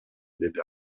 деди